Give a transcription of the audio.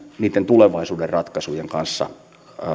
niitten tulevaisuuden ratkaisujen kanssa